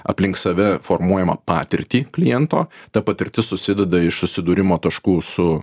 aplink save formuojamą patirtį kliento ta patirtis susideda iš susidūrimo taškų su